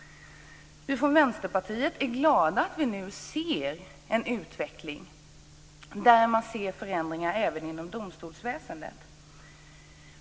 Vi i Vänsterpartiet är glada över den utveckling som vi nu ser med förändringar även inom domstolsväsendet.